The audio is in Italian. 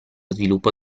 sviluppo